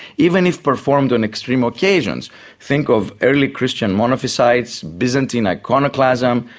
even if performed on extreme occasions think of early christian monophysites, byzantine iconoclasm,